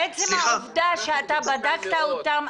עצם העובדה שאתה בדקת אותם,